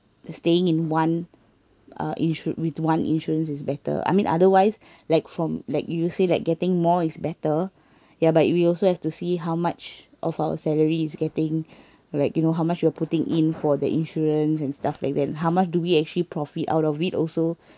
staying in one uh insu~ with one insurance is better I mean otherwise like from like you say like getting more is better ya but we also have to see how much of our salary is getting like you know how much you are putting in for the insurance and stuff like that how much do we actually profit out of it also